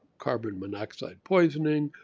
carbon monoxide poisoning,